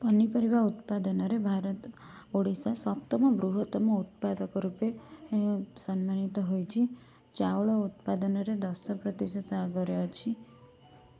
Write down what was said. ପନିପରିବା ଉତ୍ପାଦନରେ ଭାରତ ଓଡ଼ିଶା ସପ୍ତମ ବୃହତ୍ତମ ଉତ୍ପାଦକ ରୂପେ ସମ୍ମାନିତ ହେଇଛି ଚାଉଳ ଉତ୍ପାଦନରେ ଦଶ ପ୍ରତିଶତ ଆଗରେ ଅଛି